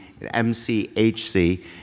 MCHC